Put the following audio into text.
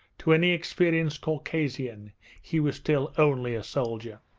to any experienced caucasian he was still only a soldier.